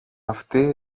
αυτή